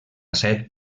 set